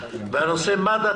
הנושא הוא מד"א